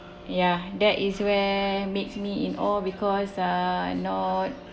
ya that is where makes me in awe because uh not